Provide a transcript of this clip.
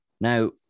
Now